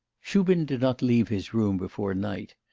shubin did not leave his room before night.